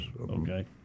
Okay